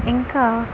ఇంకా